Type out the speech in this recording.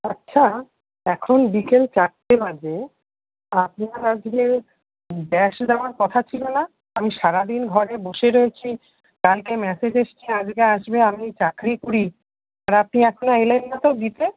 আচ্ছা এখন বিকেল চারটে বাজে আপনার আজকে গ্যাস দেওয়ার কথা ছিল না আমি সারাদিন ঘরে বসে রয়েছি কালকে ম্যাসেজ এসছে আজকে আসবে আমি চাকরি করি আর আপনি এখনও এলেন না তো দিতে